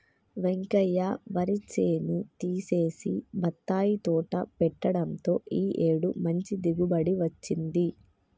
వెంకయ్య వరి చేను తీసేసి బత్తాయి తోట పెట్టడంతో ఈ ఏడు మంచి దిగుబడి వచ్చింది